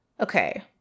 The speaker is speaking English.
Okay